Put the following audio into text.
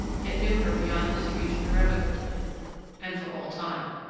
yet knew her beyond his reach irrevocably and for all time.